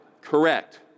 Correct